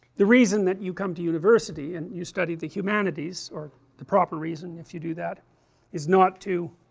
the reason that you come to university and you study the humanities, or the proper reason if you do that is not to